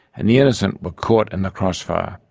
and the innocent were caught in the crossfire.